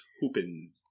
hooping